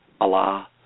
Allah